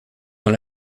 dans